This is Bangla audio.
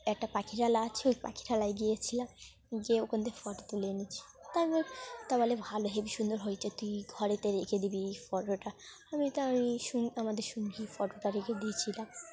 একটা পাখিরালয় আছে ওই পাখিরালয় গিয়েছিলাম গিয়ে ওখান দিয়ে ফটো তুলে এনেছি তা আমি বলি তা বলে ভালো হেবি সুন্দর হয়েছে তুই ঘরেতে রেখে দিবি এই ফটোটা আমি তা ওই শুনে আমাদের শুনে ফটোটা রেখে দিয়েছিলাম